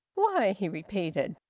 why? he repeated.